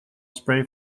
spray